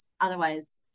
otherwise